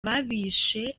ababishe